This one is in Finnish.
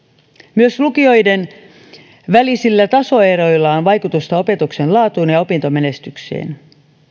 myös lukioiden välisillä tasoeroilla on vaikutusta opetuksen laatuun ja opintomenestykseen